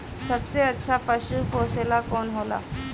सबसे अच्छा पशु पोसेला कौन होला?